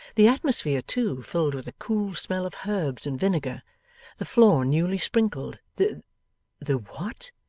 the atmosphere, too, filled with a cool smell of herbs and vinegar the floor newly sprinkled the the what?